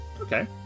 Okay